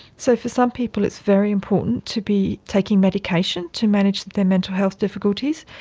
so for some people it's very important to be taking medication to manage their mental health difficulties,